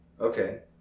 Okay